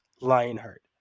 Lionheart